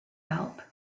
help